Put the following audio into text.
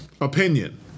Opinion